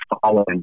following